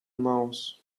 mouse